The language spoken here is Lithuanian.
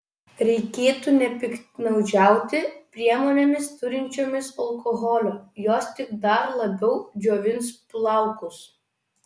reikėtų nepiktnaudžiauti priemonėmis turinčiomis alkoholio jos tik dar labiau džiovins plaukus